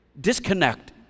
disconnect